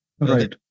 Right